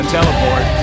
Teleport